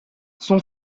son